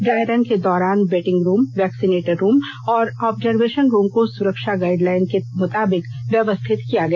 dry run के दौरान waiting room vaccinator room और आवर्जवेशन रूम को सुरक्षा गाइड लाइन के मुताबिक व्यवस्थित किया गया